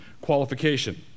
qualification